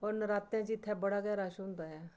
और नरातें च इत्थै बड़ा गै रश होंदा ऐ